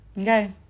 okay